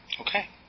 Okay